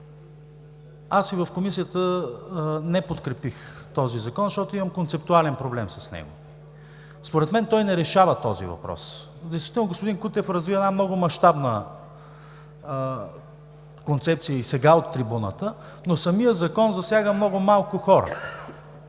Аз и в Комисията не подкрепих този закон, защото имам концептуален проблем с него. Според мен той не решава този въпрос. Действително господин Кутев развива една много мащабна концепция, и сега от трибуната, но самият закон засяга много малко хора